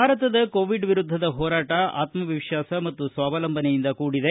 ಭಾರತದ ಕೋವಿಡ್ ವಿರುದ್ದದ ಹೋರಾಟ ಆತ್ಮವಿಶ್ವಾಸ ಮತ್ತು ಸ್ಥಾವಲಂಬನೆಯಿಂದ ಕೂಡಿದೆ